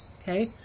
okay